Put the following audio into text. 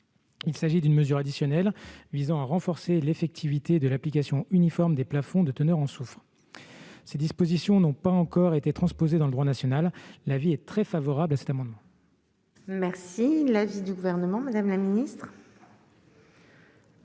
Il s'agit d'une mesure additionnelle visant à renforcer l'effectivité et l'application uniforme des plafonds de teneur en soufre. Ces dispositions n'ayant pas encore été transposées dans le droit national, j'émets un avis très favorable sur cet amendement. Quel est l'avis du Gouvernement ? Dès lors